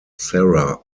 sarah